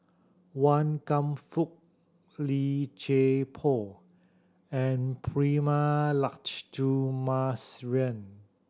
Wan Kam Fook Li Chei Poh and Prema